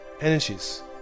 energies